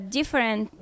different